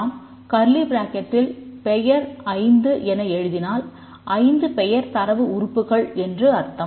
நாம் பெயர்5 என எழுதினால் 5 பெயர் தரவு உறுப்புக்கள் என்று அர்த்தம்